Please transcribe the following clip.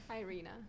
Irina